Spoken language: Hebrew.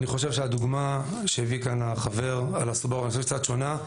אני חושב שהדוגמה שהביא כאן החבר על הסובארו היא קצת שונה,